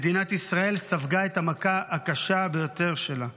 מדינת ישראל ספגה את המכה הקשה ביותר שלה,